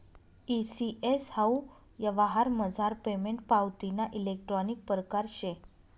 E CS हाऊ यवहारमझार payment पावतीना इलेक्ट्रानिक परकार शे